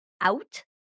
out